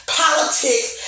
politics